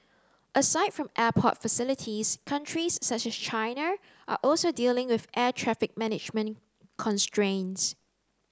aside from airport facilities countries such as China are also dealing with air traffic management constraints